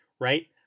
right